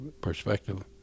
perspective